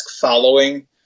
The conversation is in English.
following